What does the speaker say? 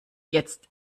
jetzt